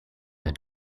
and